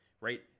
right